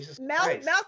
Malcolm